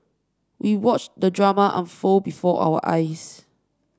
we watched the drama unfold before our eyes